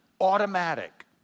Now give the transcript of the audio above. automatic